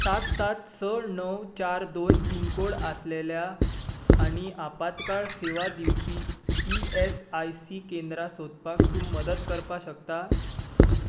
सात सात स णव चार दोन पिनकोड आसलेल्या आनी आपात्काळ सेवा दिवपी ई एस आय सी केंद्रां सोदपाक तूं मदत करपाक शकता